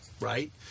right